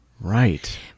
Right